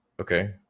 Okay